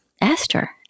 Esther